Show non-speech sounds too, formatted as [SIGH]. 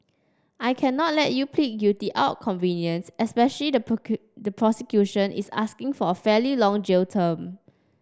I cannot let you plead guilty out convenience especially the [UNINTELLIGIBLE] the prosecution is asking for a fairly long jail term